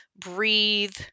breathe